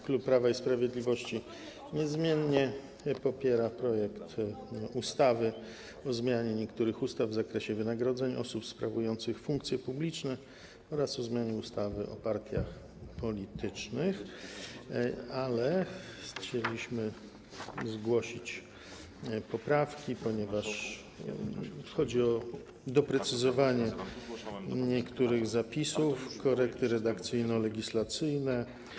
Klub Prawa i Sprawiedliwości niezmiennie popiera projekt ustawy o zmianie niektórych ustaw w zakresie wynagradzania osób sprawujących funkcje publiczne oraz o zmianie ustawy o partiach politycznych, ale chcieliśmy zgłosić poprawki, ponieważ chodzi o doprecyzowanie niektórych zapisów, korekty redakcyjno-legislacyjne.